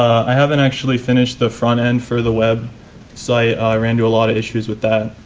i haven't actually finished the front end for the web site. i ran into a lot of issues with that.